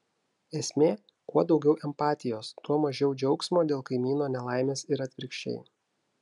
esmė kuo daugiau empatijos tuo mažiau džiaugsmo dėl kaimyno nelaimės ir atvirkščiai